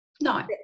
No